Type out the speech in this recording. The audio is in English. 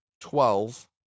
twelve